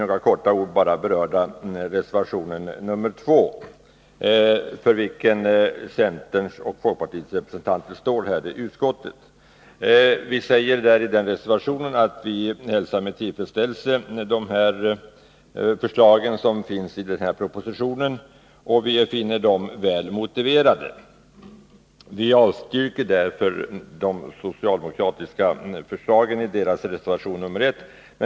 Jag skall med några ord bara beröra reservation 2 av centerns och folkpartiets representanter i utskottet. I denna reservation hälsar vi med tillfredsställelse de förslag som återfinns i propositionen. Vi finner dem välmotiverade. Därför avvisar vi socialdemokraternas förslag i reservation 1.